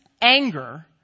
anger